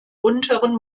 unteren